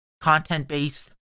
content-based